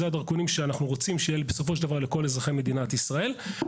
אלה הדרכונים שאנחנו רוצים שיהיו בסופו של דבר לכל אזרחי מדינת ישראל,